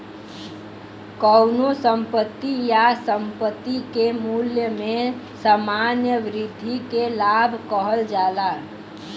कउनो संपत्ति या संपत्ति के मूल्य में सामान्य वृद्धि के लाभ कहल जाला